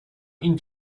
این